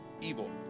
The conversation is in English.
evil